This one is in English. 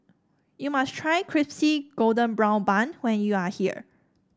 you must try Crispy Golden Brown Bun when you are here